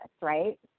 right